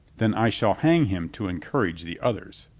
then i shall hang him to encourage the others.